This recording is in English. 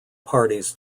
parties